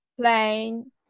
plane